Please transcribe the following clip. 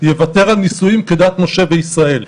יוותר על נישואים כדת משה וישראל.